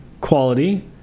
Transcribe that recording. quality